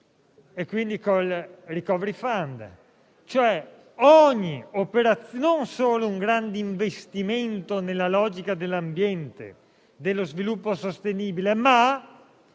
e quindi col *recovery fund* che non solo è un grande investimento nella logica dell'ambiente e dello sviluppo sostenibile, ma